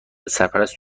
سرپرست